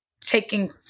taking